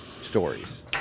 stories